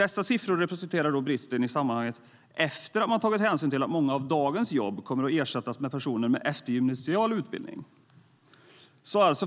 Dessa siffror representerar i sammanhanget bristen efter att man tagit hänsyn till att många av dagens jobb kommer att ersättas med personer med eftergymnasial utbildning.